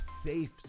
safe